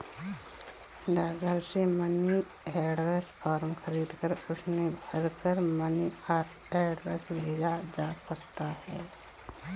डाकघर से money order form खरीदकर उसे भरकर मनी ऑर्डर भेजा जा सकता है